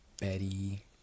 Betty